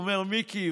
הוא אומר: מיקי,